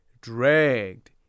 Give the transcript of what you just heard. dragged